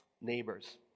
neighbor's